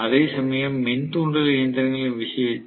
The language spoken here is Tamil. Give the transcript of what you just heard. அதேசமயம் மின் தூண்டல் இயந்திரங்களின் விஷயத்தில்